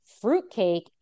fruitcake